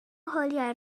hwyliau